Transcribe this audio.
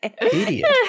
Idiot